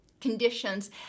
conditions